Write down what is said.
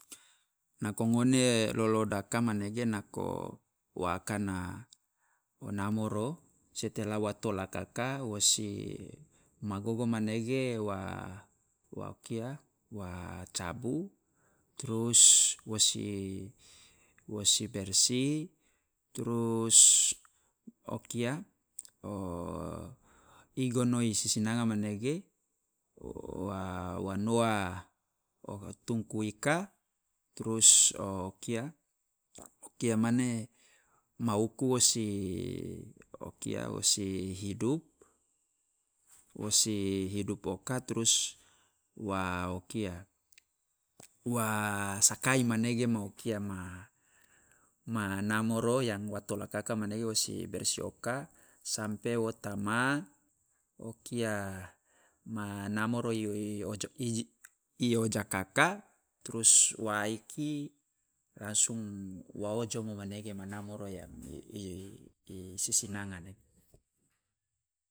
Nako ngone lolodaka manege nako wa akana wo namoro setelah wa tolakaka wo si magogo manege wa- wa o kia wa cabu, trus wo si wo si bersih, trus o kia o igono i sisinanga manege wa- wa noa o tungku ika, trus o kia o kia mane ma uku wo si o kia wo si hidup wo si hidup oka trus wa o kia wa sakai manege ma o kia ma ma namoro yang wa tolakaka manege wo si bersih oka sampe wo tama o kia ma namoro ojo- i wo jakaka trus wa iki langsung wa ojomo manege ma namoro yang i sisinanga.